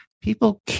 people